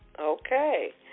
Okay